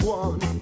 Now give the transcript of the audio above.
one